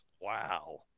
wow